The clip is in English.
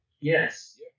Yes